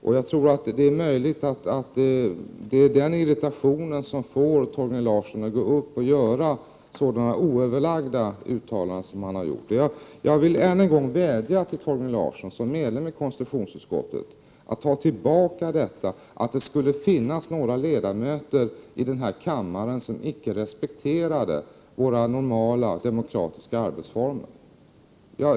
Det är möjligt att det är 7 denna irritation som får Torgny Larsson att göra sådana oöverlagda uttalanden som han har gjort. Jag vädjar än en gång till Torgny Larsson, som medlem av konstitutionsutskottet, att ta tillbaka påståendet om att det skulle finnas några ledamöter i denna kammare som icke respekterar våra normala demokratiska arbetsformer.